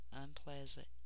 unpleasant